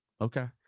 okay